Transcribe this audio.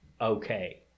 okay